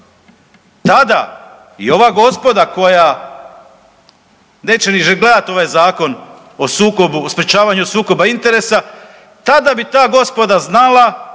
tada i ova gospoda koja neće ni gledati ovaj Zakon o sprječavanju sukoba interesa, tada bi ta gospoda znala